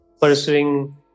pursuing